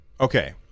okay